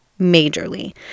majorly